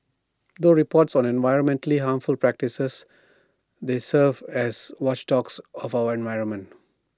through reports on environmentally harmful practices they serve as watchdogs of our environment